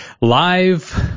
live